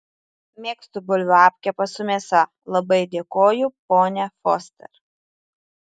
mėgstu bulvių apkepą su mėsa labai dėkoju ponia foster